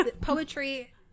Poetry